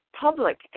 Public